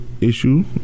issue